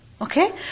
Okay